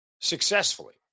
successfully